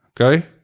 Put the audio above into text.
Okay